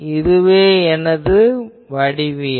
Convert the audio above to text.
இதுவே எனது வடிவியல்